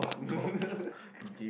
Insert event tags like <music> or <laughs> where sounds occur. <laughs>